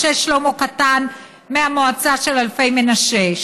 משה שלמה קטן מהמועצה של אלפי מנשה,